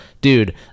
Dude